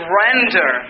render